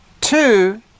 Two